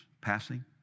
passing